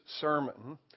sermon